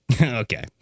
Okay